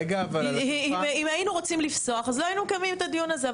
אם היינו רוצים לפסוח אז לא היינו מקיימים את הדיון הזה.